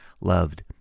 loved